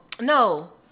no